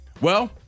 Well-